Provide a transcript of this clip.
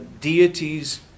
deities